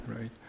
Right